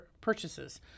purchases